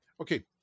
Okay